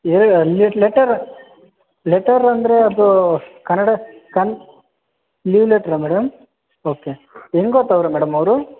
letter letter ಅಂದರೆ ಅದು ಕನ್ನಡ ಕನ್ ಲೀವ್ ಲೆಟರಾ ಮೇಡಮ್ ಓಕೆ ಹೆಂಗ್ ಓದ್ತಾವ್ರೆ ಮೇಡಮ್ ಅವರು